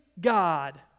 God